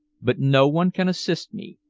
but no one can assist me,